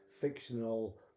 fictional